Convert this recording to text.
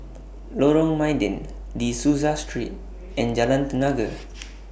Lorong Mydin De Souza Street and Jalan Tenaga